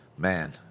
Man